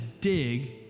dig